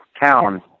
town